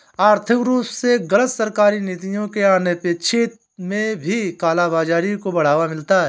आर्थिक रूप से गलत सरकारी नीतियों के अनपेक्षित में भी काला बाजारी को बढ़ावा मिलता है